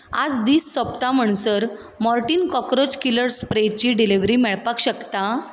आज दीस सोंपता म्हणसर मोर्टीन कॉकरोच किलर स्प्रेची डिलिव्हरी मेळपाक शकता